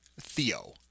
Theo